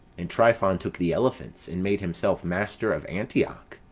and tryphon took the elephants, and made himself master of antioch.